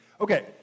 Okay